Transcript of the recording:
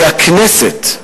שהכנסת,